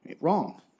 wrong